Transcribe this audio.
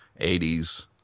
80s